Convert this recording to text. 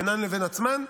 בינן לבין עצמן,